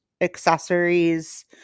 accessories